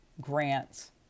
grants